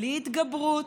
בלי התגברות,